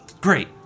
Great